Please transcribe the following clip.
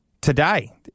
Today